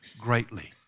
greatly